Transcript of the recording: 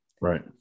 Right